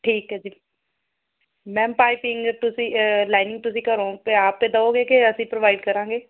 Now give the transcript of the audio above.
ਠੀਕ ਹੈ ਜੀ ਮੈਮ ਪਾਈਪਿੰਗ ਤੁਸੀਂ ਲਾਈਨਿੰਗ ਤੁਸੀਂ ਘਰੋਂ ਆਪ ਦਿਓਗੇ ਕਿ ਅਸੀਂ ਪ੍ਰੋਵਾਈਡ ਕਰਾਂਗੇ